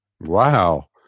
Wow